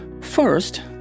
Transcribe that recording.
First